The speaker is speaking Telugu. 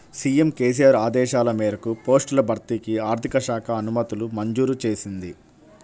సీఎం కేసీఆర్ ఆదేశాల మేరకు పోస్టుల భర్తీకి ఆర్థిక శాఖ అనుమతులు మంజూరు చేసింది